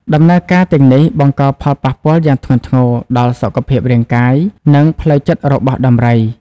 ដំណើរការទាំងនេះបង្កផលប៉ះពាល់យ៉ាងធ្ងន់ធ្ងរដល់សុខភាពរាងកាយ និងផ្លូវចិត្តរបស់ដំរី។